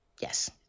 Yes